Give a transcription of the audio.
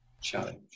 challenge